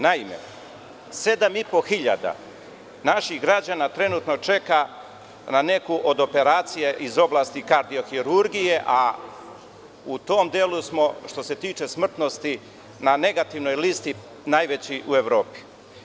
Naime 7.500 naših građana trenutno čeka na neku od operacija iz oblasti kardio-hirurgije, a u tom delu smo, što se tiče smrtnosti, na negativnoj listi, najveći u Evropi.